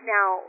Now